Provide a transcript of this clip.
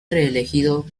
reelegido